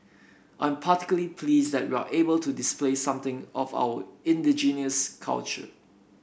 I'm particularly pleased that we're able to display something of our indigenous culture